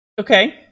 Okay